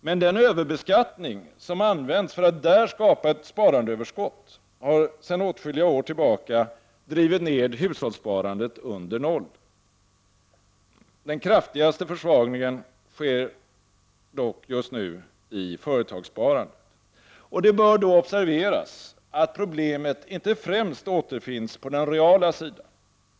Men den överbeskattning som använts för att där skapa ett sparandeöverskott har sedan åtskilliga år tillbaka drivit ned hushållssparandet under noll. Den kraftigaste försvagningen sker dock just nu i företagssparandet. Det bör då observeras att problemet inte främst återfinns på den reala sidan.